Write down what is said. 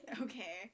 Okay